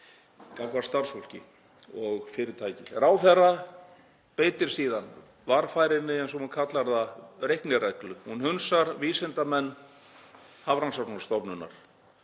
gagnvart starfsfólki og fyrirtæki. Ráðherra beitir síðan varfærinni, eins og hún kallar það, reiknireglu. Hún hunsar vísindamenn Hafrannsóknastofnunar.